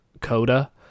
Coda